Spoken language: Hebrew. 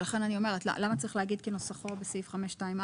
לכן אני אומרת למה צריך להגיד כנוסחו בסעיף 5(2)(א)?